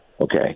okay